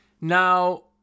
now